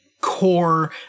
core